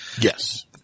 Yes